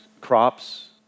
crops